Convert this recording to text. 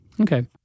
Okay